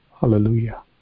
Hallelujah